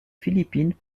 philippines